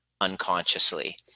unconsciously